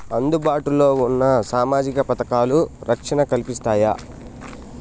అందుబాటు లో ఉన్న సామాజిక పథకాలు, రక్షణ కల్పిస్తాయా?